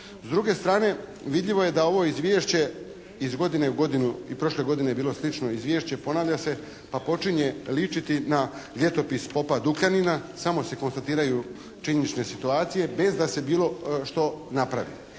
S druge strane, vidljivo je da je ovo Izvješće iz godine u godinu, i prošle godine je bilo slično izvješće, ponavlja se, pa počinje ličiti na Ljetopis popa Dukljanina. Samo se konstatiraju činjenične situacije, bez da se bilo što napravi.